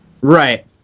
Right